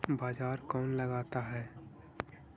बाजार कौन लगाता है?